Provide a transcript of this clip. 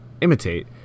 imitate